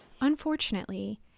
Unfortunately